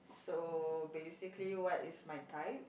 so basically what is my type